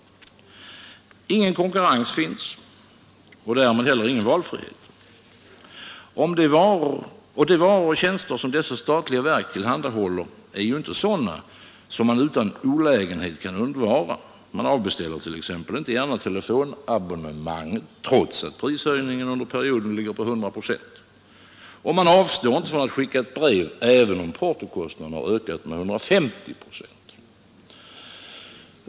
Ingen konkurrens finns och därmed ingen valmöjlighet. Och de varor och tjänster som dessa statliga verk tillhandahåller är ju inte sådana som man utan olägenhet kan undvara. Man avbeställer t.ex. inte gärna telefonabonnemanget, trots att prishöjningen under perioden ligger på 100 procent. Och man avstår inte från att skicka ett brev även om portokostnaden ökat med 150 procent.